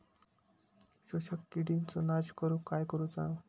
शोषक किडींचो नाश करूक काय करुचा?